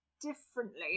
differently